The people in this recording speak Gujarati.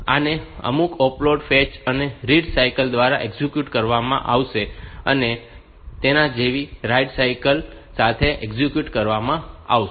તેથી આને અમુક ઓપકોડ ફેચ અને રીડ સાઇકલ દ્વારા એક્ઝિક્યુટ કરવામાં આવશે અને તેના જેવી રાઈટ સાઇકલ સાથે એક્ઝિક્યુટ કરવામાં આવશે